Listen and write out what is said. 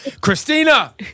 christina